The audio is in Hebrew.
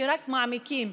שרק מעמיקים,